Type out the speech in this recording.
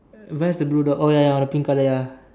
uh where's the blue dot oh ya ya on the pink color ya